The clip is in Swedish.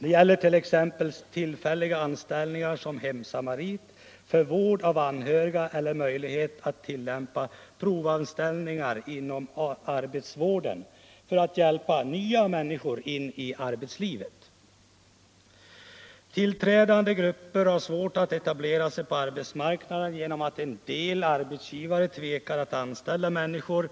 Det gäller 1. ex. tillfälliga anställningar som hemsamarit för vård av anhörig eller möjlighet att tillämpa provanställningar inom arbetsvården för att hjälpa nya människor in i arbetslivet. Nytillträdande grupper har svårt att etablera sig på arbetsmarknaden genom att en del arbetsgivare tvekar att anställa människor